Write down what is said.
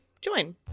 join